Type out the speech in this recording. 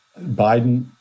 Biden